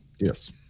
Yes